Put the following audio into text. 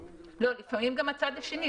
לפעמים גם הצד השני,